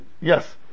Yes